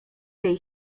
tej